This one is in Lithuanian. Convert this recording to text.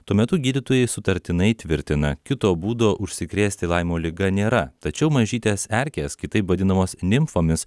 tuo metu gydytojai sutartinai tvirtina kito būdo užsikrėsti laimo liga nėra tačiau mažytės erkės kitaip vadinamos nimfomis